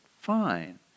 fine